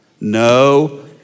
No